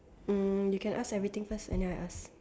um you can ask everything first and then I ask